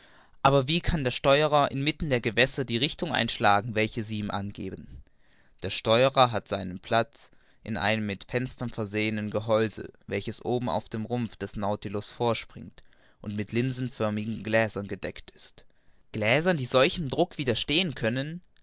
aber wie kann der steuerer inmitten der gewässer die richtung einschlagen welche sie ihm angeben der steuerer hat seinen platz in einem mit fenstern versehenen gehäuse welches oben auf dem rumpf des nautilus vorspringt und mit linsenförmigen gläsern gedeckt ist gläser die solchem druck widerstehen können